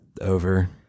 over